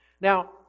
Now